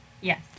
Yes